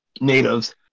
natives